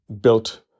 built